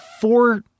four